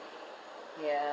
ya